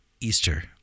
Easter